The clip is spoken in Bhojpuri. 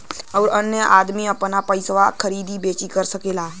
अउर अन्य मे अदमी आपन पइसवा के खरीदी बेची कर सकेला